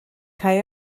cau